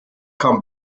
come